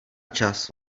čas